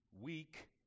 weak